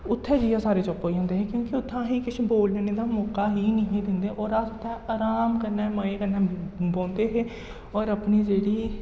उत्थै जेइयै सारे चुप्प होई जंदे हे क्योंकि उत्थै असें गी किश बोलने दा मौका ही निं ही दिंदे और अस उत्थै आराम कन्नै मजे कन्नै बौंह्दे हे और अपनी जेह्ड़ी